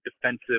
defensive